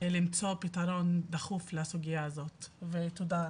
למצוא פתרון דחוף לסוגיה הזאת ותודה.